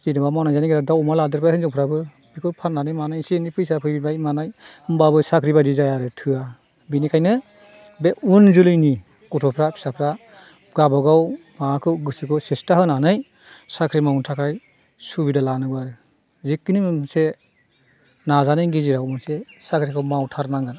जेनेबा मावनानै जानायनि गेजेराव दाउ अमा लादेरबाय हिनजावफोराबो बेखौ फाननानै मानानै एसे एनै फैसा फैबाय मानाय होनबाबो साख्रि बादि जाया आरो थोआ बेनिखायनो बे उन जोलैनि गथ'फोरा फिसाफोरा गावबागाव माबाखौ गोसोखौ सेस्ता होनानै साख्रि मावनो थाखाय सुबिदा लानांगौ आरो जेखि नहक मोनसे नाजानायनि गेजेराव मोनसे साख्रिखौ मावथारनांगोन